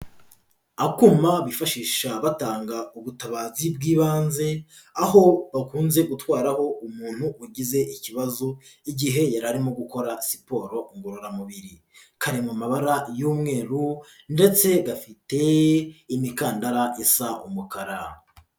Akuma bifashisha batanga ubutabazi bw'ibanze, aho bakunze gutwaraho umuntu ugize ikibazo igihe yari arimo gukora siporo ngororamubiri. Kari mu mabara y'umweru ndetse gafite imikandara isa umukara.